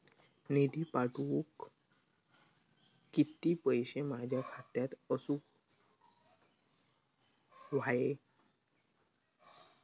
निधी पाठवुक किती पैशे माझ्या खात्यात असुक व्हाये?